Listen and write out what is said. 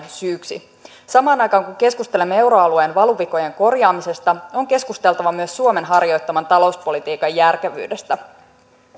syyksi samaan aikaan kun keskustelemme euroalueen valuvikojen korjaamisesta on keskusteltava myös suomen harjoittaman talouspolitiikan järkevyydestä